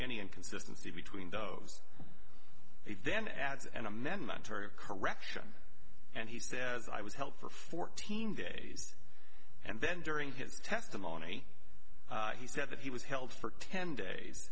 any inconsistency between those he then adds an amendment correction and he says i was held for fourteen days and then during his testimony he said that he was held for ten days